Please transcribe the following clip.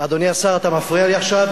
אדוני השר, אתה מפריע לי עכשיו.